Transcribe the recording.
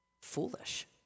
foolish